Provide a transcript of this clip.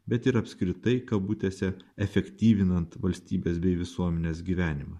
bet ir apskritai kabutėse efektyvinant valstybės bei visuomenės gyvenimą